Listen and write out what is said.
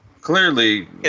Clearly